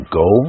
go